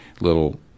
little